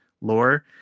lore